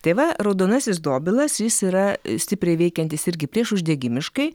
tai va raudonasis dobilas jis yra stipriai veikiantis irgi priešuždegimiškai